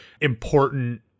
important